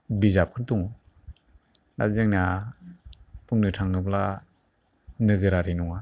बिजाब दं आर जोंना बुंनो थाङोब्ला नोगोरारि नङा